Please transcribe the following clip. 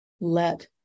Let